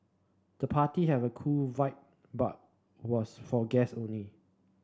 the party have a cool vibe but was for guests only